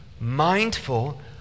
Mindful